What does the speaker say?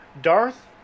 Darth